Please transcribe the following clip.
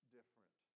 different